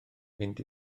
mynd